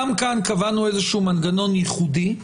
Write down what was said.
גם כאן קבענו איזשהו מנגנון ייחודי,